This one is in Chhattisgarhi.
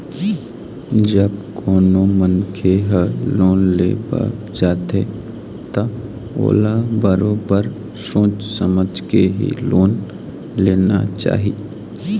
जब कोनो मनखे ह लोन ले बर जाथे त ओला बरोबर सोच समझ के ही लोन लेना चाही